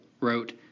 wrote